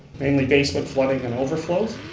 mainly basement floodings and overflows.